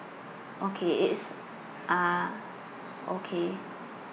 okay it is ah okay